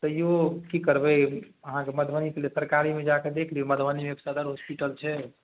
तैओ कि करबै अहाँके मधुबनीके लिए सरकारीमे जाके देखि लिऔ मधुबनीमे एक सदर हॉसपिटल छै